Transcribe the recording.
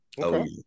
okay